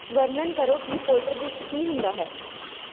ਵਰਣਨ ਕਰੋ ਕਿ ਪੋਲਟਰਜਿਸਟ ਕੀ ਹੁੰਦਾ ਹੈ